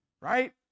right